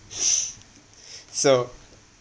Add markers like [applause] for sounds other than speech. [noise] so